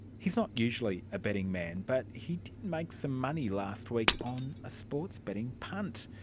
he's not usually a betting man but he did make some money last week on a sportsbetting punt.